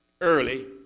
early